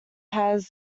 had